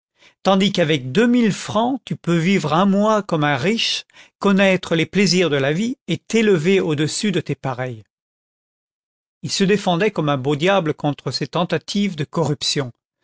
tandis qu'avec deux mille francs tu peux vivre un mois comme un riche connaître les plaisirs de la vie et t'élever au-dessus de tes pareils il se défendait comme un beau diable contre ces tentatives de corruption